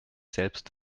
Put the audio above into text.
selbst